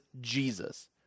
Jesus